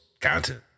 content